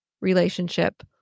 relationship